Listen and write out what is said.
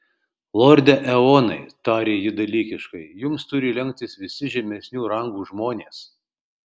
lorde eonai tarė ji dalykiškai jums turi lenktis visi žemesnių rangų žmonės